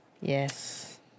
Yes